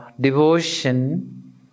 devotion